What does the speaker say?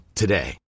today